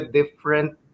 different